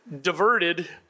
diverted